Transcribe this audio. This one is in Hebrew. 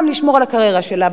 גם לשמור על הקריירה שלה,